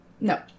no